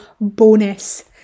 bonus